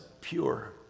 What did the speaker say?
pure